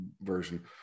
version